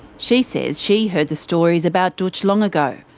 she says she heard the stories about dootch long ago.